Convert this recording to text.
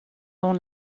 dans